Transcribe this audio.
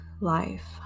life